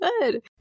good